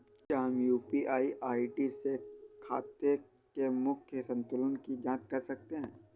क्या हम UPI ID से खाते के मूख्य संतुलन की जाँच कर सकते हैं?